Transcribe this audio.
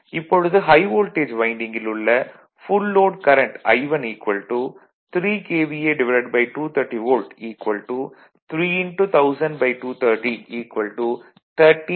இப்பொழுது high voltage வைண்டிங்கில் உள்ள full load current I1 3 KVA230 volt 31000230 13